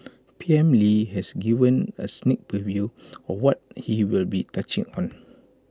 P M lee has given A sneak preview of what he will be touching on